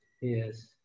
Yes